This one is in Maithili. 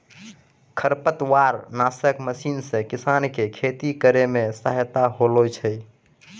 खरपतवार नासक मशीन से किसान के खेती करै मे सहायता होलै छै